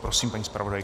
Prosím, paní zpravodajko.